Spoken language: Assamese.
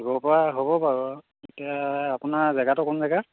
গৰুৰ পৰা হ'ব বাৰু এতিয়া আপোনাৰ জেগাটো কোন জেগা